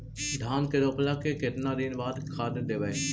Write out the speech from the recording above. धान के रोपला के केतना दिन के बाद खाद देबै?